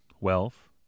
wealth